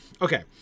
okay